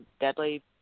deadly